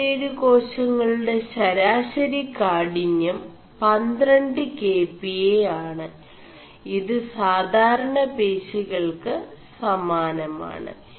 C 57 േകാശÆളgെട ശരാശരി കാഠിനçം 12 kPa ആണ് ഇത് സാധാരണ േപശികൾ ് സമാനമാണ്